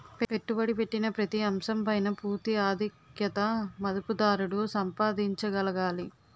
పెట్టుబడి పెట్టిన ప్రతి అంశం పైన పూర్తి ఆధిక్యత మదుపుదారుడు సంపాదించగలగాలి